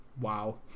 Wow